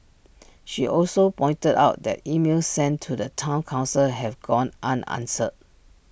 she also pointed out that emails sent to the Town Council have gone unanswered